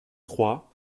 trois